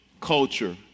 culture